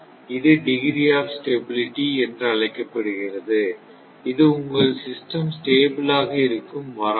இது degree of stability என்று அழைக்கப்படுகிறது இது உங்கள் சிஸ்டம் ஸ்டேபிள் ஆக இருக்கும் வரம்பு